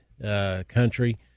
country